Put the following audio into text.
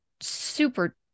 super